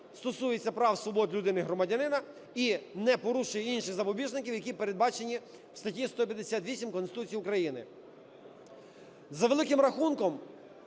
стосується прав і свобод людини і громадянина і не порушує інші запобіжники, які передбачені в статті 158 Конституції України. За великим рахунком,